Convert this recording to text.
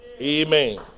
Amen